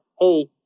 Hey